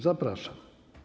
Zapraszam.